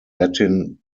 latin